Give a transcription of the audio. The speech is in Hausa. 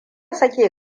sake